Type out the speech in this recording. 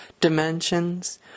dimensions